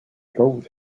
gold